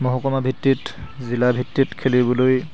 মহকুমা ভিত্তিত জিলা ভিত্তিত খেলিবলৈ